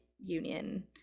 Union